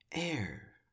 air